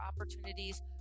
opportunities